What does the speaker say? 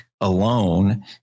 alone